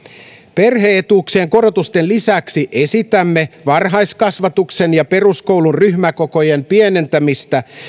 perhe etuuksien korotusten lisäksi esitämme varhaiskasvatuksen ja peruskoulun ryhmäkokojen pienentämistä